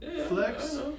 Flex